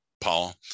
Paul